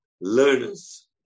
learners